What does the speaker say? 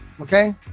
Okay